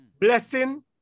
Blessing